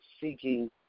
seeking